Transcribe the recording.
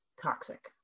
toxic